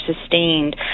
sustained